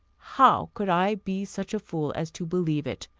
how could i be such a fool as to believe it?